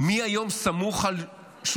מי היום סמוך על שולחנו?